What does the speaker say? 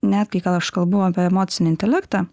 net kai ka aš kalbu apie emocinį intelektą